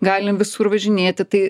galim visur važinėti tai